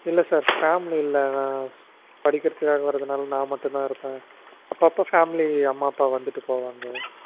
இல்லை sir family இல்லை நான் படிக்கிறதுக்காக வர்றதுனால நான் மட்டும்தான் இருப்பேன் அப்போ அப்போ ஃபேமிலி அம்மா அப்பா வந்துவிட்டு போவாங்க